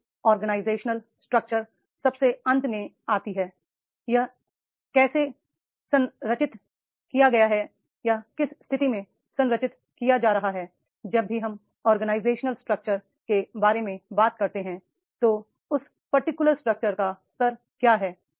अब organisational structure सबसे अंत में आती हैं यह कैसे संरचित किया गया है यह किस स्थिति में संरचित किया जा रहा है जब भी हम ऑर्गेनाइजेशनल स्ट्रक्चर के बारे में बात करते हैं तो उस पर्टिकुलर स्ट्रक्चर का स्तर क्या है